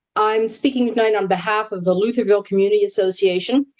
i'm speaking tonight on behalf of the lutherville community association.